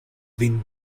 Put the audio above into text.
vin